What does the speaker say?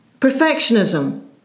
Perfectionism